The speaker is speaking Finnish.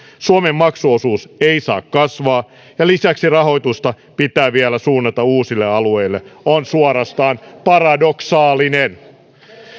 suomen maksuosuus ei saa kasvaa ja lisäksi rahoitusta pitää vielä suunnata uusille alueille on suorastaan paradoksaalinen